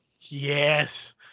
Yes